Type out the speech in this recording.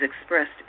expressed